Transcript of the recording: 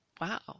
wow